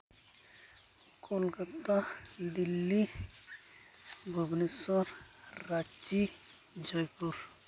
Kolkata Delhi Bhubaneswar Ranchi Jaipur